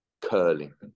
curling